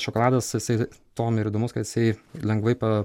šokoladas jisai tuom ir įdomus kad jisai lengvai pa